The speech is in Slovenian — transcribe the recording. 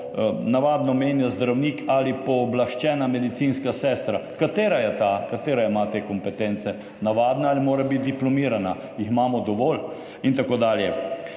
navadno menja zdravnik ali pooblaščena medicinska sestra. Katera je ta? Katera ima te kompetence? Navadna ali mora biti diplomirana? Jih imamo dovolj in tako dalje?